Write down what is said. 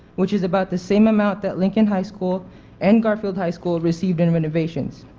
which is about the same amount that lincoln high school and garfield high school received and renovations.